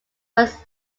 was